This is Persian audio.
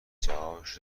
جوابشو